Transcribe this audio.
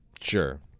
Sure